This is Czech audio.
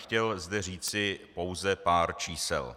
Chtěl bych zde říci pouze pár čísel.